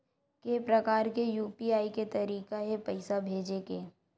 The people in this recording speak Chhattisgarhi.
के प्रकार के यू.पी.आई के तरीका हे पईसा भेजे के?